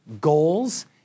goals